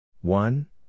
One